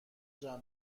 جمع